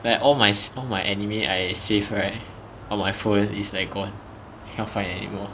like all my all my anime I save right on my phone is like gone cannot find it anymore